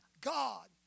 God